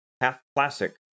half-classic